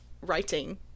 writing